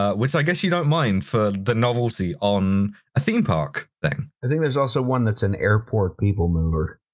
ah which i guess you don't mind for the novelty on a theme park thing. justin i think there's also one that's an airport people mover.